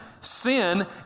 sin